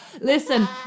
Listen